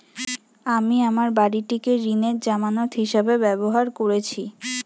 আমি আমার বাড়িটিকে ঋণের জামানত হিসাবে ব্যবহার করেছি